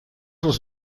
les